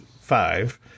five